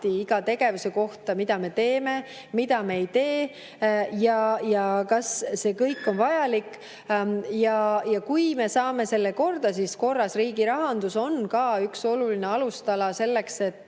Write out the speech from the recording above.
iga tegevuse kaupa: mida me teeme, mida me ei tee ja kas see kõik on vajalik. Ja kui me saame selle korda, siis korras riigirahandus on üks oluline alustala selleks, et